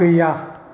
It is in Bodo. गैया